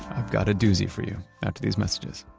i've got a doozy for you after these messages